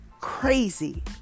crazy